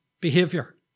behavior